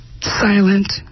silent